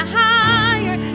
higher